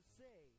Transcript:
say